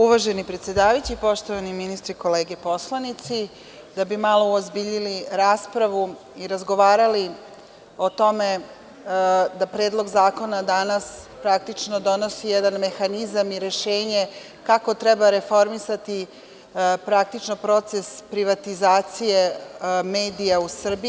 Uvaženi predsedavajući, poštovani ministre, kolege poslanici, da bi malo uozbiljili raspravu i razgovarali o tome da Predlog zakona danas praktično donosi jedan mehanizam i rešenje kako treba reformisati proces privatizacije medija u Srbiji.